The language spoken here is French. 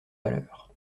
valeur